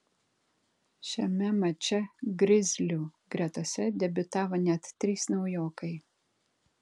šiame mače grizlių gretose debiutavo net trys naujokai